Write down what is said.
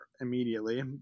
immediately